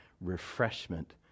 Refreshment